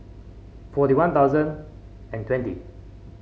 forty One Thousand and twenty